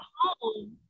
home